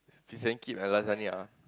fish-and-chips and lasagna ah